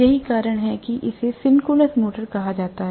यही कारण है कि इसे सिंक्रोनस मोटर कहा जाता है